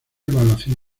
evaluación